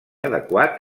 adequat